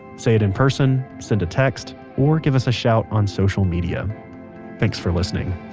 say it in person, send a text, or give us a shout on social media thanks for listening